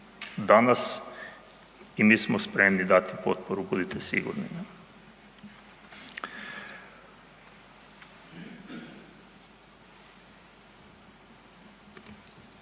danas i mi smo spremni dati potporu, budite sigurni.